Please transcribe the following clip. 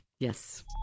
Yes